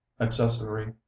accessory